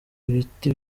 ibiti